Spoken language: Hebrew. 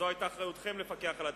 וזאת היתה אחריותכם לפקח על התקציב,